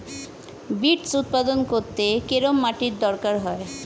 Beets উৎপাদন করতে কেরম মাটির দরকার হয়?